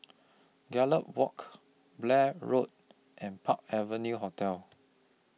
Gallop Walk Blair Road and Park Avenue Hotel